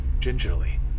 Gingerly